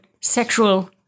sexual